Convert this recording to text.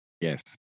Yes